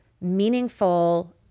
meaningful